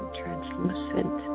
translucent